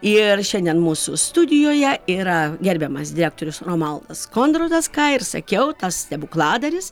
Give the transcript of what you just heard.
ir šiandien mūsų studijoje yra gerbiamas direktorius romualdas kondrotas ką ir sakiau tas stebukladaris